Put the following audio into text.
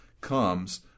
comes